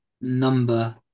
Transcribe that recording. number